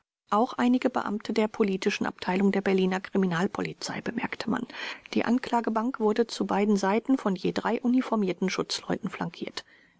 auch einige beamte der politischen abteilung der berliner kriminalpolizei bemerkte man die anklagebank wurde zu beiden seiten von je drei uniformierten schutzleuten flankiert